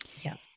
Yes